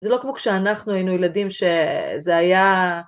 זה לא כמו כשאנחנו היינו ילדים שזה היה...